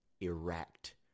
erect